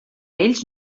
ells